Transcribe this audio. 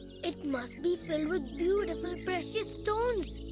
it must be filled with beautiful precious stones.